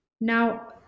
Now